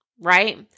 right